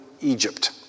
Egypt